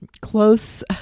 close